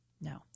No